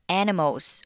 animals